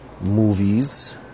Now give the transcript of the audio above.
Movies